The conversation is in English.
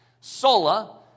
Sola